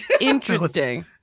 Interesting